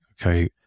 okay